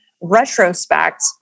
retrospect